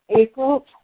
April